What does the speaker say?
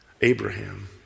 Abraham